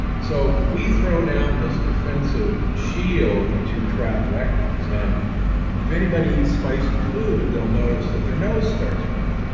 so we throw down this defensive shield to trap lectins and if anybody eats spicy food, they'll noticed that their nose starts running.